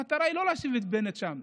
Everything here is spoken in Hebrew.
המטרה היא לא לשים את בנט שם,